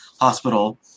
hospital